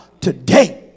today